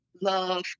love